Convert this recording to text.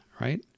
right